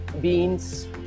beans